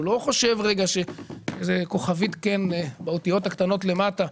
הוא לא חושב רגע, כוכבית, באותיות הקטנות למטה,